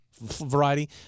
variety